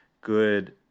good